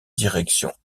direction